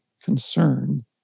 concerned